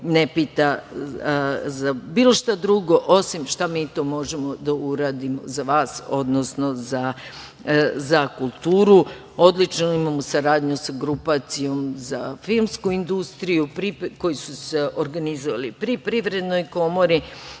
ne pita za bilo šta drugo osim šta mi to možemo da uradimo za vas, odnosno za kulturu. Imamo odličnu saradnju sa grupacijom za filmsku industriju, koji su se organizovali pri Privrednoj komori